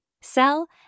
sell